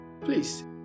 Please